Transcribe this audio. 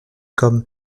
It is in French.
comme